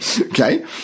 okay